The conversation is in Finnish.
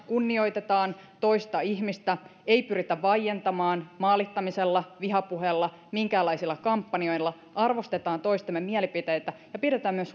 kunnioitetaan toista ihmistä ei pyritä vaientamaan maalittamisella vihapuheella minkäänlaisilla kampanjoilla arvostetaan toistemme mielipiteitä ja pidetään myös